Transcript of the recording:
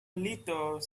little